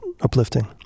uplifting